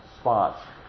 spots